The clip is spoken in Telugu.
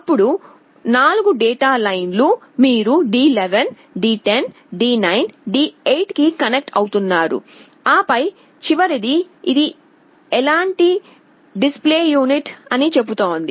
అప్పుడు 4 డేటా లైన్లు మీరు D11 D10 D9 D8 కి కనెక్ట్ అవుతున్నారు ఆపై చివరిది ఇది ఎలాంటి డిస్ప్లే యూనిట్ అని చెబుతుంది